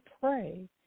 pray